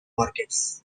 markets